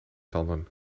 tanden